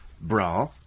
bra